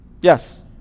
Yes